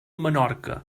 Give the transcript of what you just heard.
menorca